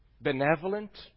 benevolent